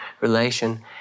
relation